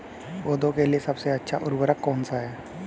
पौधों के लिए सबसे अच्छा उर्वरक कौन सा है?